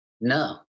No